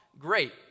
great